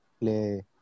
play